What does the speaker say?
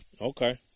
Okay